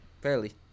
fairly